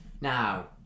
Now